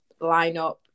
lineup